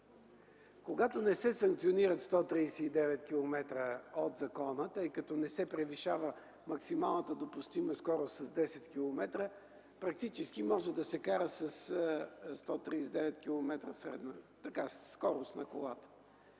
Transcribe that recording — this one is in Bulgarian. Когато не се санкционират 139 километра от закона, тъй като не се превишава максималната допустима скорост с 10 километра, може да се кара със 139 километра скорост на колата.